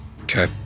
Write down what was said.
Okay